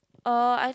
uh I've